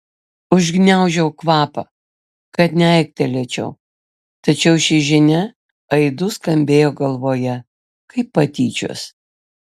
užgniaužiau kvapą kad neaiktelėčiau tačiau ši žinia aidu skambėjo galvoje kaip patyčios